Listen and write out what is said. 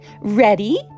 ready